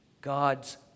God's